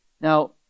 Now